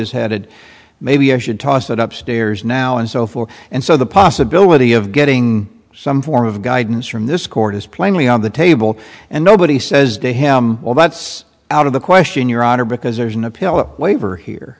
is headed maybe i should toss it up stairs now and so forth and so the possibility of getting some form of guidance from this court is plainly on the table and nobody says to him well that's out of the question your honor because there's an appellate waiver here